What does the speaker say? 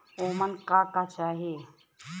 ओमन का का चाही?